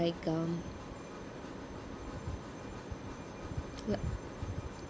like um what